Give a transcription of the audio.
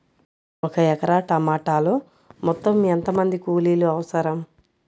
ఒక ఎకరా టమాటలో మొత్తం ఎంత మంది కూలీలు అవసరం?